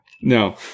No